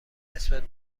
نسبت